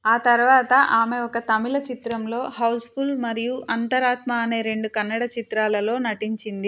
ఆ తర్వాత ఆమె ఒక తమిళ చిత్రంలో హౌస్ఫుల్ మరియు అంతరాత్మ అనే రెండు కన్నడ చిత్రాలలో నటించింది